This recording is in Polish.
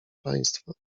państwa